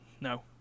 No